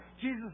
Jesus